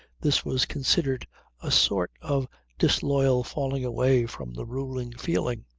this was considered a sort of disloyal falling away from the ruling feeling.